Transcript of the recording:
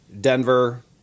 Denver